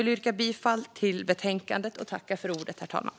Jag yrkar bifall till utskottets förslag i betänkandet.